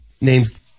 names